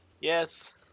Yes